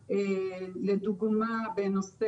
עכשיו לא נוכל לדון במשקאות